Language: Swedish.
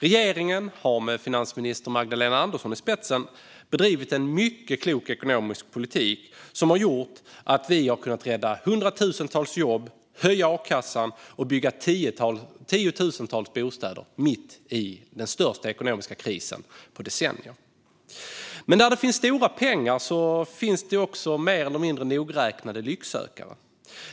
Regeringen har med finansminister Magdalena Andersson i spetsen bedrivit en mycket klok ekonomisk politik som har gjort att vi har kunnat rädda hundratusentals jobb, höja a-kassan och bygga tiotusentals bostäder mitt i den största ekonomiska krisen på decennier. Men där det finns stora pengar finns det också mer eller mindre nogräknade lycksökare.